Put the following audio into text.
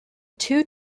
two